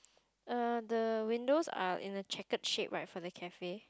err the windows are in a checkered shape right for the cafe